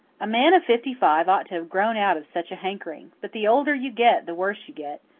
a man of fifty-five ought to have grown out of such a hankering. but the older you get the worse you get.